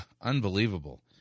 unbelievable